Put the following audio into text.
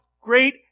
great